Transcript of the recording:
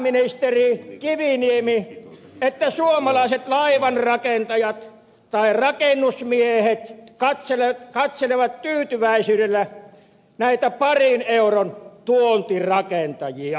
kuvitteletteko te pääministeri kiviniemi että suomalaiset laivanrakentajat tai rakennusmiehet katselevat tyytyväisyydellä näitä parin euron tuontirakentajia